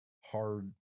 hard